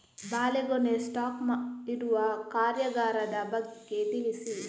ಬಾಳೆಗೊನೆ ಸ್ಟಾಕ್ ಇಡುವ ಕಾರ್ಯಗಾರದ ಬಗ್ಗೆ ತಿಳಿಸಿ